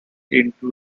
into